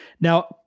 Now